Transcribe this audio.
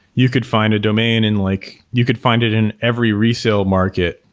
you could find a domain and like you could find it in every resale market,